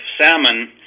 salmon